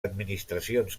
administracions